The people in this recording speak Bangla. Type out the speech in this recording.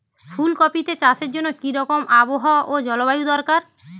ফুল কপিতে চাষের জন্য কি রকম আবহাওয়া ও জলবায়ু দরকার?